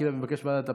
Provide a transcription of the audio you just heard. אתה מבקש ועדת החוקה,